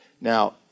Now